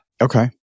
Okay